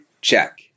check